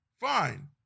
fine